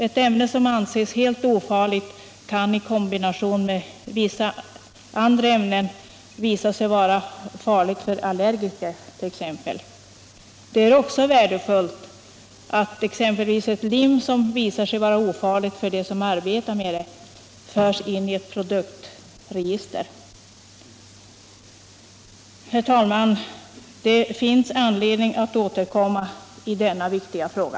Ett ämne som anses helt ofarligt kan i kombination med vissa andra ämnen visa sig vara farligt för t.ex. allergiker. Det är också värdefullt att t.ex. ett lim, som visade sig vara ofarligt för dem som arbetade med det, förs in i ett produktregister. Herr talman! Det finns anledning att återkomma i denna viktiga fråga.